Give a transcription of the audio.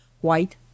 white